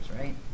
right